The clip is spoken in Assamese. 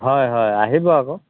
হয় হয় আহিব আকৌ